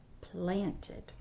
planted